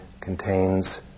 contains